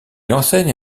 enseigne